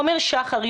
עומר שחר,